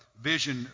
Vision